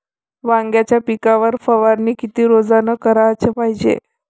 वांग्याच्या पिकावर फवारनी किती रोजानं कराच पायजे?